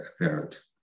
apparent